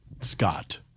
Scott